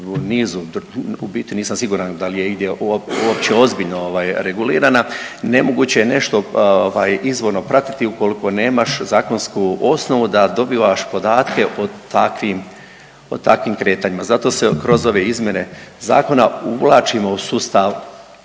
u biti nisam siguran da li je igdje uopće ozbiljno ovaj, regulirana, nemoguće je nešto ovaj izvorno pratiti ukoliko nemaš zakonsku osnovu da dobivaš podatke o takvim kretanjima, zato se kroz ove izmjene zakona uvlačimo u sustav